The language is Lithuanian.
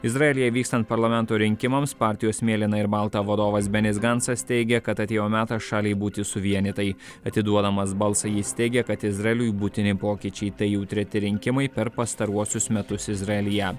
izraelyje vykstant parlamento rinkimams partijos mėlyna ir balta vadovas benis gancas teigė kad atėjo metas šaliai būti suvienytai atiduodamas balsą jis teigė kad izraeliui būtini pokyčiai tai jau treti rinkimai per pastaruosius metus izraelyje